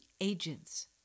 agents